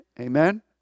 Amen